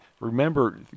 remember